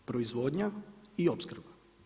Proizvodnja i opskrba.